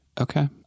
Okay